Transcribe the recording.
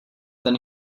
than